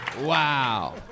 Wow